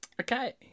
okay